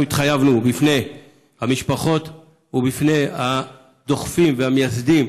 אנחנו התחייבנו בפני המשפחות ובפני הדוחפים והמייסדים,